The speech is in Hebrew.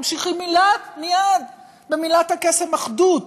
ממשיכים מייד במילת הקסם "אחדות"